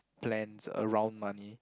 plans around money